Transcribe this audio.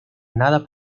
nada